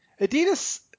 Adidas